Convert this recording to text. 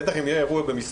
בטח אם יהיה אירוע במסעדה,